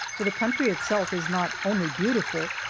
for the country itself is not only beautiful,